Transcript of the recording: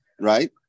right